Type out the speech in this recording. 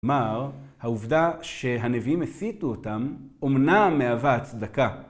כלומר, העובדה שהנביאים הסיטו אותם אומנם מהווה הצדקה.